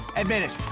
admit it,